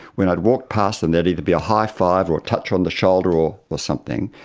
when i'd walk past them there'd either be a high-five or a touch on the shoulder or or something,